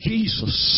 Jesus